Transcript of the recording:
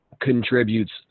contributes